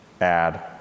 add